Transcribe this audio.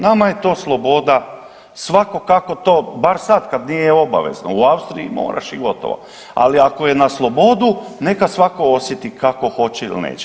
Nama je to sloboda, svako kako to, bar sad kad nije obavezno, u Austriji moraš i gotovo, ali ako je na slobodu neka svako osjeti kako hoće ili neće.